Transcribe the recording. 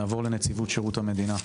נעבור לנציבות שירות המדינה.